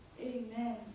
Amen